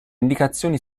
indicazioni